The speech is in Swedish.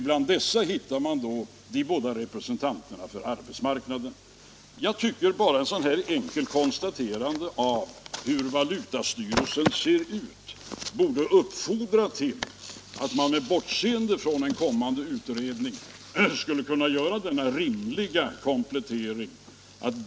Bland dem finner man de båda representanterna för arbetsmarknaden. Bara detta enkla konstaterande av hur valutastyrelsen ser ut borde uppfordra till att göra en rimlig komplettering med bortseende från en kommande utredning.